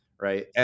right